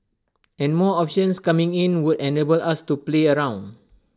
and more options coming in would enable us to play around